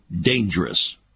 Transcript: dangerous